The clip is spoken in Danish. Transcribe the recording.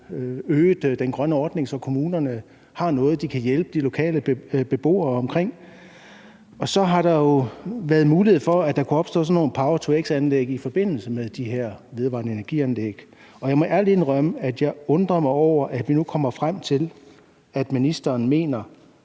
udvidet den grønne ordning, så kommunerne har noget, de kan hjælpe de lokale beboere med. Og så har der jo været mulighed for, at der kunne etableres sådan nogle power-to-x-anlæg i forbindelse de her vedvarende energi-anlæg. Jeg må ærligt indrømme, at jeg undrer mig over, at vi nu hører, at ministeren mener,